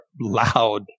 loud